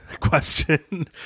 question